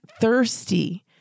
thirsty